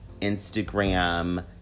Instagram